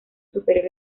superior